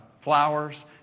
flowers